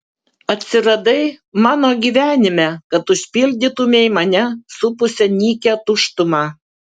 atsiradai mano gyvenime kad užpildytumei mane supusią nykią tuštumą